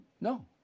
No